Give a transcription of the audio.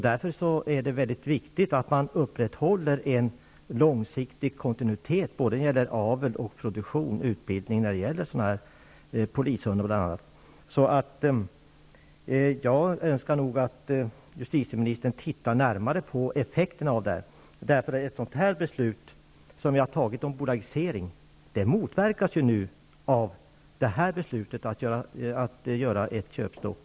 Därför är det mycket viktigt att man upprätthåller en långsiktig kontinuitet när det gäller avel, produktion och utbildning av polishundar. Jag önskar att justitieministern tittar närmare på effekterna av det här. Ett beslut om bolagisering -- som vi nu har fattat -- motverkas av beslutet om ett köpstopp.